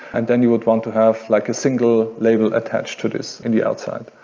and then you would want to have like a single label attached to this in the outside.